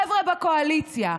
החבר'ה בקואליציה,